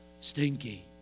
Stinky